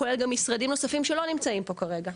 כולל גם משרדים נוספים שלא נמצאים פה כרגע,